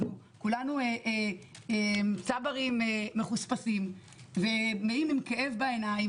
אנחנו כולנו צברים מחוספסים ומלאים כאב בעיניים,